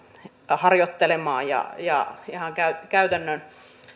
harjoittelemaan ja ja ihan käytännön